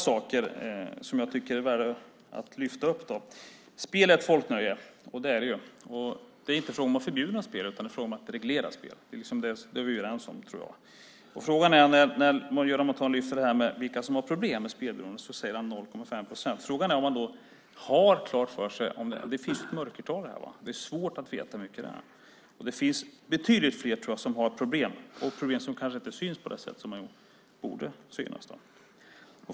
Spel är ett folknöje. Det är inte fråga om att förbjuda spel, utan det är fråga om att reglera spel. Det tror jag att vi är överens om. När Göran Montan lyfter fram vilka som har problem med spelberoende säger han att det är 0,5 procent. Frågan är om han då har klart för sig att det finns ett mörkertal här. Det är svårt att veta hur många det handlar om. Jag tror att det finns betydligt fler som har problem och problem som kanske inte syns på det sätt som de borde.